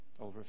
Over